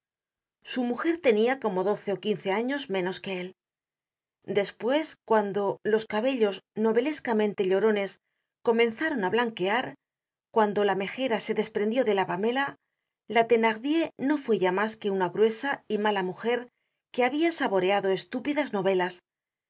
su mujer tenia como doce ó quince años menos que él despues cuando los cabellos novelescamente llorones comenzaron á blanquear cuando la megera se desprendió de la pamela la thenardier no fue ya mas que una gruesa y mala mujer que habia saboreado estúpidas novelas